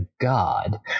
god